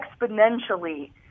exponentially